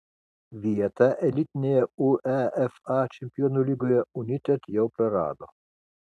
vietą elitinėje uefa čempionų lygoje united jau prarado